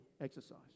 exercise